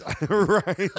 Right